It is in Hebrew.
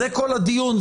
זה כל הדיון,